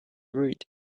read